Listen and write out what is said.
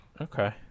Okay